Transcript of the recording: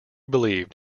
believed